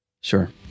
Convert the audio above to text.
Sure